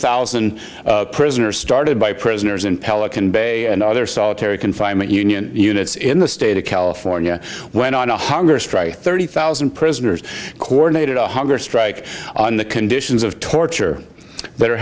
thousand prisoners started by prisoners in pelican bay and other sought harry confinement union units in the state of california went on a hunger strike thirty thousand prisoners coordinated a hunger strike on the conditions of torture that are